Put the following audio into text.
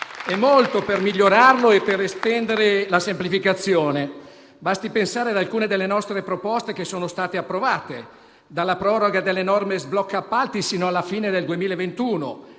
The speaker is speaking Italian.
molto per migliorarlo e per estendere la semplificazione. Basti pensare ad alcune delle nostre proposte che sono state approvate, come la proroga delle norme sblocca appalti sino alla fine del 2021